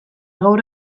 gaur